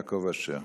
יעקב אשר.